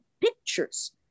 pictures